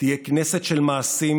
תהיה כנסת של מעשים,